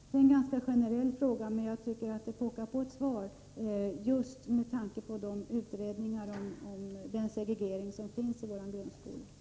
Det är en ganska generell fråga, men jag tycker att den pockar på ett svar just med tanke på utredningarna om den segregering som finns i våra skolor.